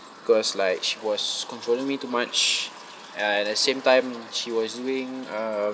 because like she was controlling me too much and at the same time she was doing um